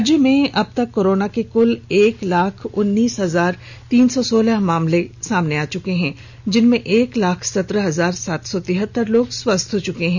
राज्य में अबतक कोरोना के क्ल एक लाख उन्नीस हजार तीन सौ सोलह मामले सामने आ चुके हैं जिनमें एक लाख सत्रह हजार सात सौ तिहतर लोग स्वस्थ हो चुके हैं